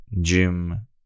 gym